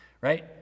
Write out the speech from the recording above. right